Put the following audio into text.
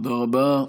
תודה רבה.